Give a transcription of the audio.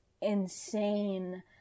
insane